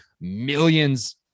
Millions